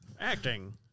Acting